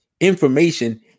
information